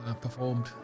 Performed